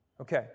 Okay